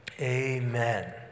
Amen